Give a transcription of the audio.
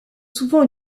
souvent